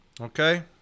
Okay